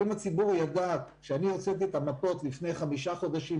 אם הציבור ידע שאני הוצאתי את המפות לפני חמישה חודשים,